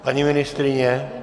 Paní ministryně?